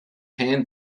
hand